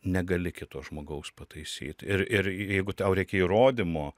negali kito žmogaus pataisyt ir ir jeigu tau reikia įrodymo